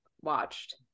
watched